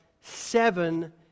seven